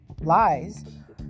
lies